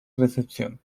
recepción